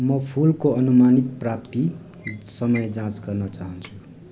म फुलको अनुमानित प्राप्ति समय जाँच गर्न चाहन्छु